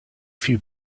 few